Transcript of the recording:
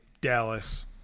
Dallas